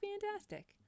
Fantastic